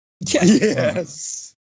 Yes